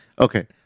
Okay